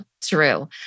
true